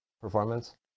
performance